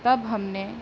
تب ہم نے